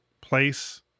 place